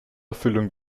erfüllung